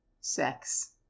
sex